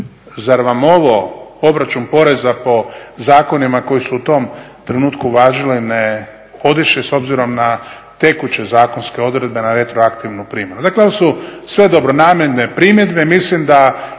Zar vam ovo, obračun poreza po zakonima koji su u tom trenutku važili ne odiše s obzirom na tekuće zakonske odredbe na retroaktivnu primjenu? Dakle, ovo su sve dobronamjerne primjedbe.